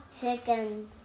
Chicken